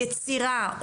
יצירה,